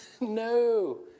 No